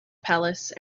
palace